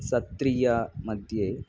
सत्रीयामध्ये